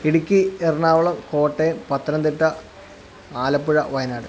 Idukki Ernakulam Kottayam Pathanamthitta Alappuzha Wayanad